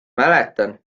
mäletan